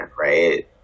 right